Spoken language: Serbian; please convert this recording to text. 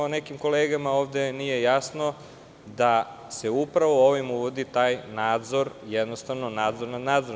Nekim kolegama ovde nije jasno da se upravo ovim uvodi taj nadzor, jednostavno nadzor nad nadzor.